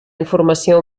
informació